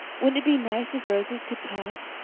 wouldn't it be nice if roses could talk?